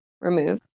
remove